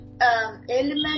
element